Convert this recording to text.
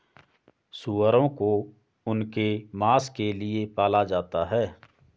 सूअरों को उनके मांस के लिए पाला जाता है